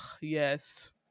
yes